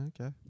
okay